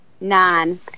nine